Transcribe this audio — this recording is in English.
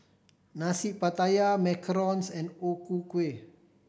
Nasi Pattaya macarons and O Ku Kueh